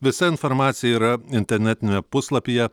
visa informacija yra internetiniame puslapyje